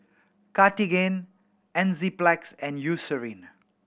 Cartigain Enzyplex and Eucerin